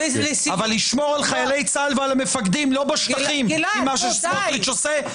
אבל לשמור על חיילי צה"ל ועל המפקדים לא בשטחים עם מה שסמוטריץ' עושה,